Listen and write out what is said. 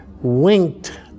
winked